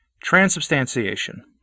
transubstantiation